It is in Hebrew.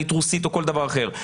רוסית או כל דבר אחר.